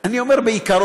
אני אומר בעיקרון.